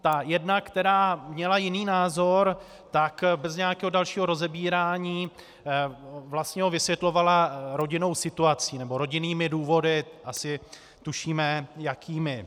A jedna, která měla jiný názor, tak ho bez nějakého dalšího rozebírání vysvětlovala rodinnou situací, rodinnými důvody, asi tušíme jakými.